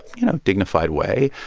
you know, dignified way.